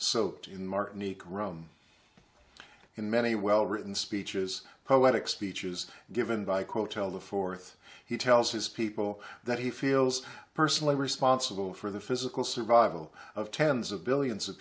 so in mark niekro and many well written speeches poetic speeches given by quote tell the fourth he tells his people that he feels personally responsible for the physical survival of tens of billions of